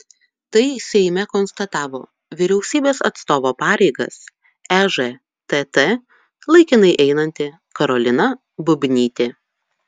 tai seime konstatavo vyriausybės atstovo pareigas ežtt laikinai einanti karolina bubnytė